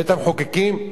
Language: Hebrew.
בית-המחוקקים,